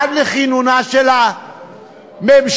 עד לכינונה של הממשלה,